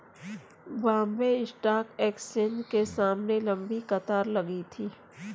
Bombay stock exchange के सामने लंबी कतार लगी थी